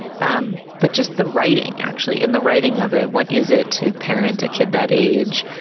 um but just the writing actually in the writing of it. what is it to parent a kid that age?